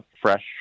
fresh